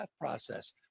process